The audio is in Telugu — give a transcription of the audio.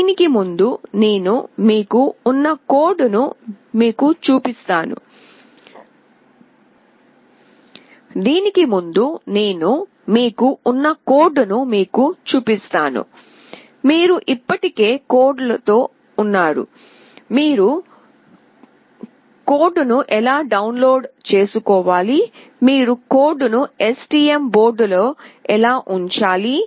దీనికి ముందు నేను మీకు ఉన్న కోడ్ను మీకు చూపిస్తాను మీరు ఇప్పటికే కోడ్లతో వచ్చారు మీరు కోడ్ను ఎలా డౌన్లోడ్ చేసుకోవాలి మీరు కోడ్ను STM బోర్డులో ఎలా ఉంచాలి